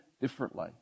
differently